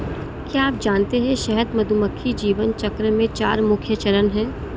क्या आप जानते है शहद मधुमक्खी जीवन चक्र में चार मुख्य चरण है?